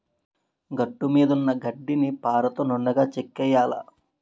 గట్టుమీదున్న గడ్డిని పారతో నున్నగా చెక్కియ్యాల